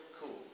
cool